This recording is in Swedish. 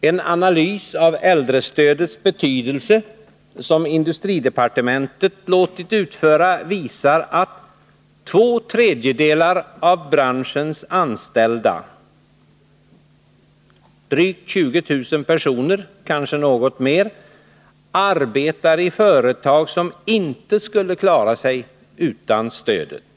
En analys av äldrestödets betydelse, som industridepartementet låtit utföra, visar att två tredjedelar av branschens anställda — drygt 20 000 personer — arbetar i företag som inte skulle klara sig utan det här stödet.